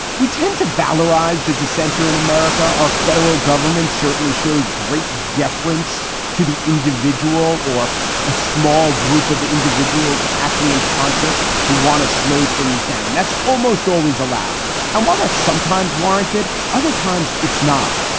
we tend to valorize the dissenter in america. our federal government certainly shows great deference to the individual or a small group of individuals acting in concert who want to slow things down. that's almost always allowed. and while that's sometimes warranted, other times it's not.